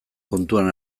kontuan